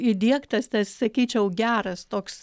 įdiegtas tas sakyčiau geras toks